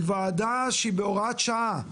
היא וועדה שהיא בהוראת שעה,